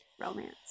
romance